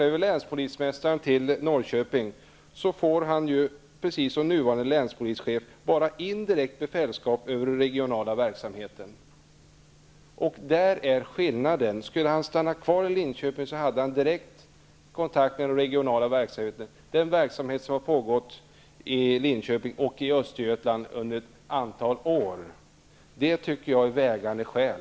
Om länspolismästaren flyttas över till Norrköping, får han, precis som nuvarande länspolischef, bara indirekt befäl över den regionala verksamheten. Där är skillnaden. Stannar han kvar i Linköping får han direkt kontakt med den regionala verksamhet som har pågått i Linköping och i Östergötland under ett antal år. Jag tycker att det är vägande skäl.